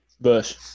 Bush